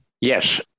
Yes